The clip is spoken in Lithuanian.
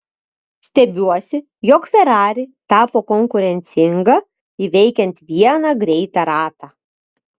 stebiuosi jog ferrari tapo konkurencinga įveikiant vieną greitą ratą